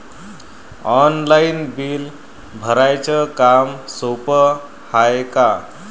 Online bill भराच काम सोपं हाय का?